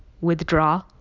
Withdraw